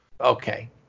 okay